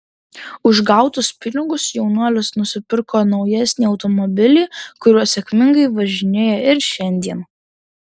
už gautus pinigus jaunuolis nusipirko naujesnį automobilį kuriuo sėkmingai važinėja ir šiandien